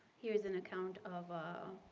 here's an account of a